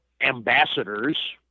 ambassadors